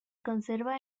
conserva